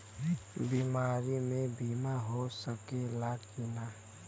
बीमारी मे बीमा हो सकेला कि ना?